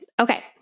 Okay